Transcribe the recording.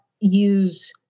use